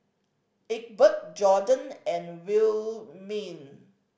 Egbert Jorden and Wilhelmine